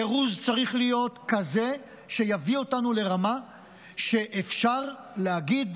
הפירוז צריך להיות כזה שיביא אותנו לרמה שאפשר להגיד: